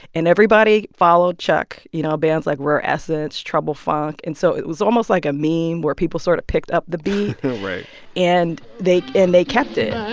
and everybody followed chuck. you know, bands like rare essence, trouble funk. and so it was almost like a meme where people sort of picked up the beat right and they and they kept it